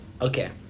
Okay